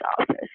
office